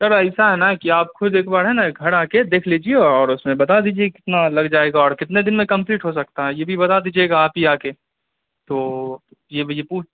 سر ایسا ہے نا کہ آپ خود ایک بار ہے نا گھر آ کے دیکھ لیجیے اور اس میں بتا دیجیے کتنا لگ جائے گا اور کتنے دن میں کمپلیٹ ہو سکتا ہے یہ بھی بتا دیجیے گا آپ ہی آ کے تو یہ بھی یہ